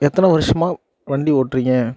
எத்தனை வருடமா வண்டி ஓட்டுறிங்க